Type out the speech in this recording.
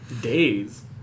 Days